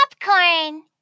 popcorn